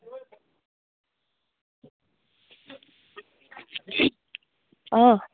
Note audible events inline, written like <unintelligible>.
<unintelligible> অঁ